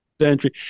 century